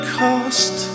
cost